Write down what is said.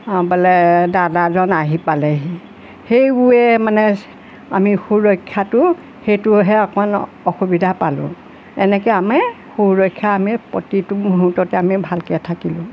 অঁ বোলে দাদাজন আহি পালেহি সেইবোৰেই মানে আমি সুৰক্ষাটো সেইটোহে অকণ অসুবিধা পালোঁ এনেকৈ আমি সুৰক্ষা আমি প্ৰতিটো মুহূৰ্ততে আমি ভালকৈ থাকিলোঁ